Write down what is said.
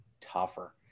tougher